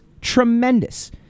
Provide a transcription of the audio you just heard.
Tremendous